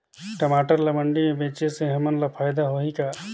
टमाटर ला मंडी मे बेचे से हमन ला फायदा होही का?